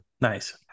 Nice